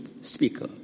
speaker